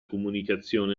comunicazione